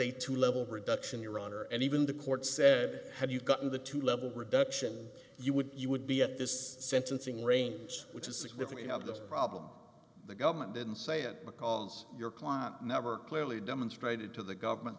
a two level reduction your honor and even the court said had you gotten the two level reduction you would you would be at this sentencing range which is significant of this problem the government didn't say it because your client never clearly demonstrated to the government